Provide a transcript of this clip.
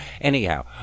Anyhow